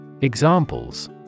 Examples